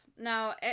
Now